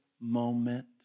moment